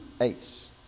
ace